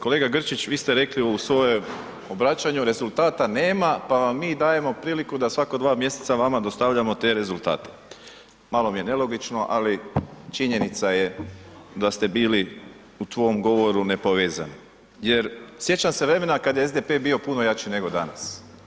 Kolega Grčić, vi ste rekli u svojem obraćanju rezultata nema, pa vam mi dajemo priliku da svako dva mjeseca vama dostavljamo te rezultate, malo mi je nelogično, ali činjenica je da ste bili u tvom govoru nepovezani jer sjećam se vremena kad je SDP bio puno jači nego danas.